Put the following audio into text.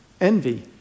Envy